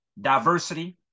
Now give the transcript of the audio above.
diversity